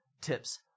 tips